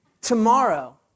Tomorrow